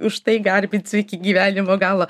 užtai garbinsiu iki gyvenimo galo